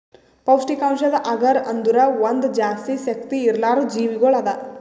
ಪೌಷ್ಠಿಕಾಂಶದ್ ಅಗರ್ ಅಂದುರ್ ಒಂದ್ ಜಾಸ್ತಿ ಶಕ್ತಿ ಇರ್ಲಾರ್ದು ಜೀವಿಗೊಳ್ ಅದಾ